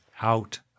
out